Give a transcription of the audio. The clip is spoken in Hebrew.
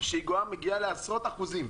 גואה ומגיעה לעשרות אחוזים,